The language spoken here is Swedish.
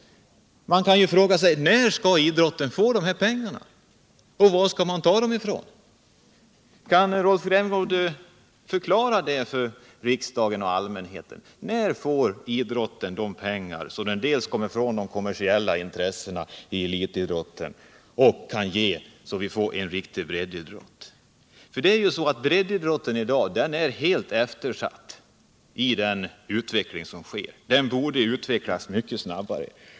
Man kan ju fråga sig när idrotten skall få de pengar som erfordras, och var man skall ta dem ifrån. Kan Rolf Rämgård förklara det för riksdagen och allmänheten? När får idrotten pengar, så att man dels kommer ifrån de kommersiella intressena i elitidrotten, dels får en riktig breddidrott? Breddidrotten i dag är helt eftersatt. Den borde utvecklas mycket snabbare.